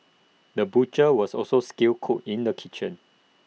the butcher was also skilled cook in the kitchen